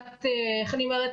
איך אני אומרת,